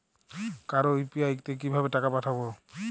কারো ইউ.পি.আই তে কিভাবে টাকা পাঠাবো?